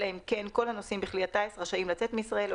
אלא אם כן כל הנוסעים בכלי הטיס רשאים לצאת מישראל או